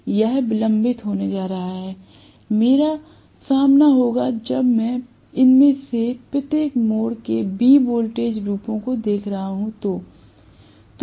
यह विलंबित होने जा रहा है मेरा सामना होगा जब मैं इनमें से प्रत्येक मोड़ के B वोल्टेज रूपों को देख रहा हूं तो